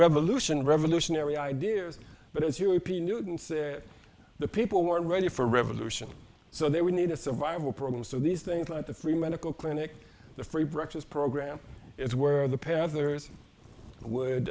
revolution revolutionary ideas but as you were the people weren't ready for revolution so they would need a survival program so these things like the free medical clinic the free breakfast program is where the peddlers would